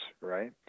right